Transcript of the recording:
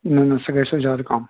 نہَ نہَ سُہ گژھَس زیادٕ کَم